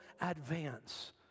advance